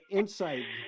insight